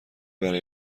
برای